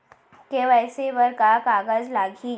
KYC बर का का कागज लागही?